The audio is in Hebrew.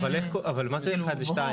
אבל מה זה אחד לשניים?